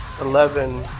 eleven